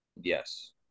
Yes